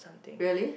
really